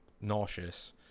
nauseous